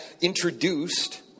introduced